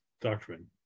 doctrine